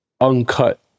uncut